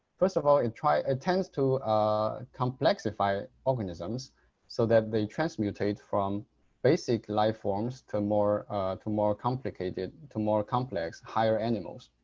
first of all, it ah tends to ah complexify organisms so that they transmutate from basic life forms to more to more complicated to more complex higher animals.